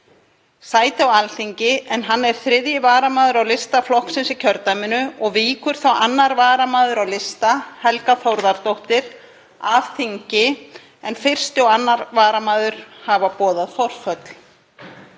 sæti á Alþingi en hann er 3. varamaður á lista flokksins í kjördæminu og víkur þá 2. varamaður á lista, Helga Þórðardóttir, af þingi en 1. og 2. varamaður hafa boðað forföll.